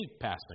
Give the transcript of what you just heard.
passing